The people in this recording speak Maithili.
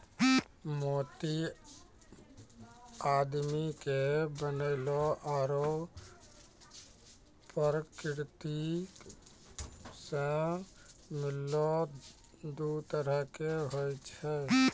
मोती आदमी के बनैलो आरो परकिरति सें मिललो दु तरह के होय छै